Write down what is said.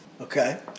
Okay